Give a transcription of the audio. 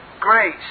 grace